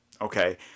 okay